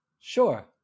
Sure